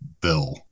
Bill